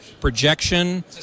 projection